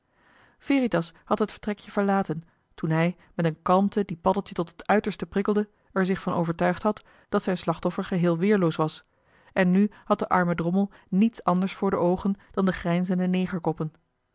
veritas had het vertrekje verlaten toen hij met een kalmte die paddeltje tot het uiterste prikkelde er zich van overtuigd had dat zijn slachtoffer geheel weerloos was en nu had de arme drommel niets anders voor de oogen dan de